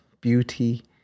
beauty